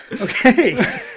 Okay